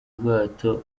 bwato